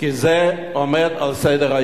כי זה עומד על סדר-היום.